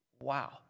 Wow